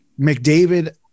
McDavid